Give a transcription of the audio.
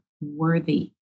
worthy